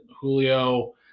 Julio